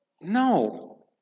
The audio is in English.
No